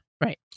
Right